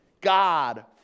God